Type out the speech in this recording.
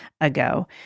ago